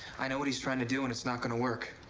i know what he's trying to do, and it's not gonna work.